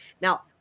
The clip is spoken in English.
Now